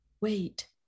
Wait